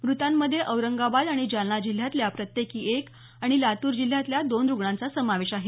मृतांमध्ये औरंगाबाद आणि जालना जिल्ह्यातला प्रत्येकी एक आणि लातूर जिल्ह्यातल्या दोन रुग्णाचा समावेश आहे